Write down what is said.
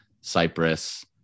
Cyprus